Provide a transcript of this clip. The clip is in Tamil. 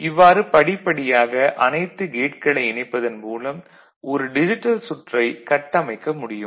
இவ்வாறு படிப்படியாக அனைத்து கேட்களை இணைப்பதன் மூலம் ஒரு டிஜிட்டல் சுற்றை கட்டமைக்க முடியும்